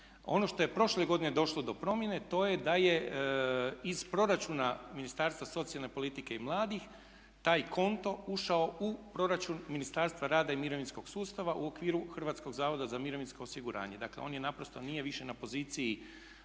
Ono što je prošle godine došlo do promjene to je da je iz proračuna Ministarstva socijalne politike i mladih taj konto ušao u proračun Ministarstva rada i mirovinskog sustava u okviru Hrvatskog zavoda za mirovinsko osiguranje. Dakle, on naprosto više nije na poziciji